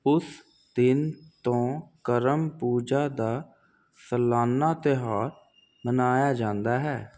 ਉਸ ਦਿਨ ਤੋਂ ਕਰਮ ਪੂਜਾ ਦਾ ਸਾਲਾਨਾ ਤਿਉਹਾਰ ਮਨਾਇਆ ਜਾਂਦਾ ਹੈ